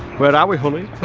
where are we honey